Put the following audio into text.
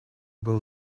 был